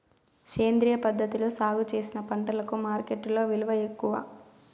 సేంద్రియ పద్ధతిలో సాగు చేసిన పంటలకు మార్కెట్టులో విలువ ఎక్కువ